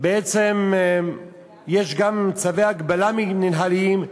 בעצם יש גם צווי הגבלה מינהליים,